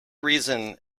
reason